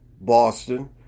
Boston